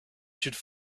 should